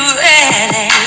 ready